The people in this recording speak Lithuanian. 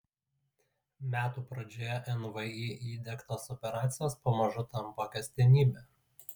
metų pradžioje nvi įdiegtos operacijos pamažu tampa kasdienybe